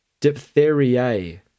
Diphtheriae